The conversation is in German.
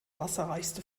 wasserreichste